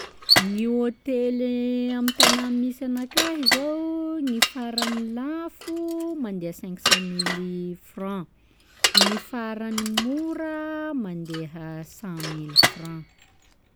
Gny hôtely amin'ny tagnà misy anakaihy zao, gny faran'ny lafo, mandeha cinq cent mily francs, gny faran'ny mora mandeha cent mily francs.